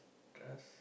trust